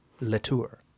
Latour